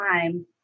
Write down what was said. time